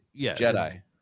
Jedi